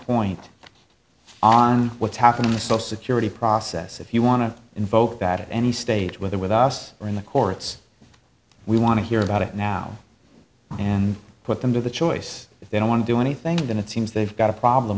point on what's happening the stop security process if you want to invoke that at any stage whether with us or in the courts we want to hear about it now and put them to the choice if they don't want to do anything and it seems they've got a problem